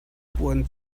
puan